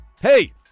Hey